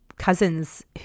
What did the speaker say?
cousins